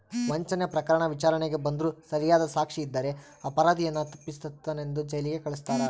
ವಂಚನೆ ಪ್ರಕರಣ ವಿಚಾರಣೆಗೆ ಬಂದ್ರೂ ಸರಿಯಾದ ಸಾಕ್ಷಿ ಇದ್ದರೆ ಅಪರಾಧಿಯನ್ನು ತಪ್ಪಿತಸ್ಥನೆಂದು ಜೈಲಿಗೆ ಕಳಸ್ತಾರ